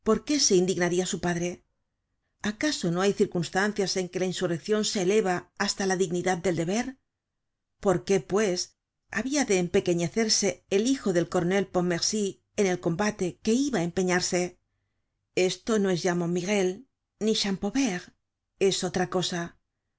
qué se indignaria su padre acaso no hay circunstancias en que la insurreccion se eleva hasta la dignidad del deber por qué pues habia de empequeñecerse el hijo del coronel pontmercy en el combate que iba á empeñarse esto no es ya montmirail ni champaubert es otra cosa